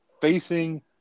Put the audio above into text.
facing